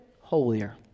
holier